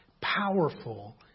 powerful